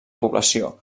població